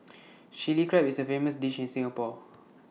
Chilli Crab is A famous dish in Singapore